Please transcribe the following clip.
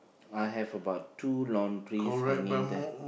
I have about two laundries hanging there